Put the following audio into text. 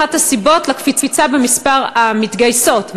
אחת הסיבות לקפיצה במספר המתגייסות.